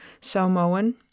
Samoan